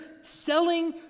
selling